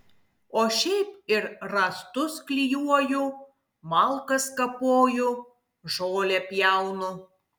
o šiaip ir rąstus klijuoju malkas kapoju žolę pjaunu